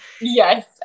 Yes